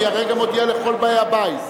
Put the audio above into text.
אני הרגע מודיע לכל באי הבית,